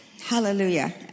hallelujah